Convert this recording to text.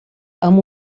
amb